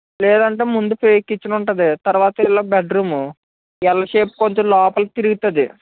లేదంటే ముందూ పోయాక కిచెన్ ఉంటుంది తరువాత ఇలా బెడ్రూమ్ ఎల్ షేప్ కొంచెం లోపలికి తిరుగుతుంది